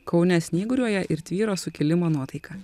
kaune snyguriuoja ir tvyro sukilimo nuotaika